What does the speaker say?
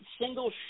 single